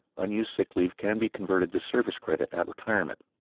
unused sick leave can be converted to service credit at retirement.